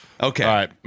Okay